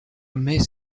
miss